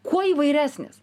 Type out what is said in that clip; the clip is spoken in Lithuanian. kuo įvairesnis